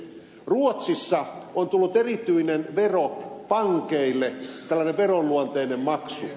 ruotsissa on tullut erityinen vero pankeille tällainen veron luonteinen maksu